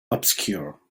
obscure